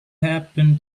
happen